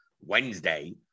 Wednesday